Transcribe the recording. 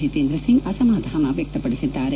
ಜಿತೇಂದ್ರ ಸಿಂಗ್ ಅಸಮಾಧಾನ ವ್ಯಕ್ತಪಡಿಸಿದ್ದಾರೆ